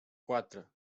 quatre